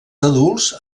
adults